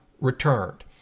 returned